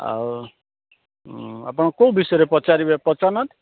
ଆଉ ଆପଣ କେଉଁ ବିଷୟରେ ପଚାରିବେ ପଚାରୁନାହାନ୍ତି